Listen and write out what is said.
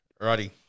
Righty